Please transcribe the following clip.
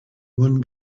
one